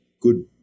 good